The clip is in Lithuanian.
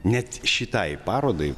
net šitai parodai